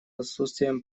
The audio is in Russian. отсутствием